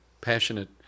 passionate